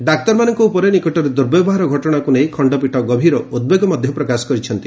ଡାକ୍ତରମାନଙ୍କ ଉପରେ ନିକଟକରେ ଦୁର୍ବ୍ୟବହାର ଘଟଣାକୁ ନେଇ ଖଣ୍ଡପୀଠ ଗଭୀର ଉଦବେଗ ପ୍ରକାଶ କରିଛନ୍ତି